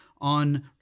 on